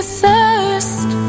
thirst